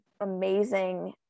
amazing